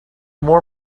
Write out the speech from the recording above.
more